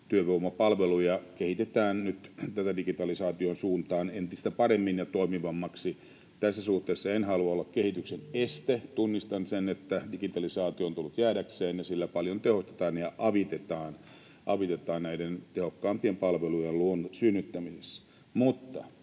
työvoimapalveluja kehitetään nyt tähän digitalisaation suuntaan entistä paremmiksi ja toimivammiksi. Tässä suhteessa en halua olla kehityksen este. Tunnistan sen, että digitalisaatio on tullut jäädäkseen ja sillä paljon tehostetaan ja avitetaan näiden tehokkaampien palvelujen synnyttämisessä.